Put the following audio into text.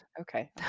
Okay